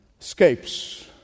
escapes